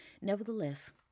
nevertheless